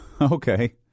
Okay